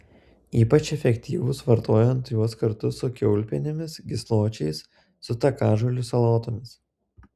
ypač efektyvūs vartojant juos kartu su kiaulpienėmis gysločiais su takažolių salotomis